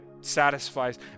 satisfies